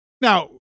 Now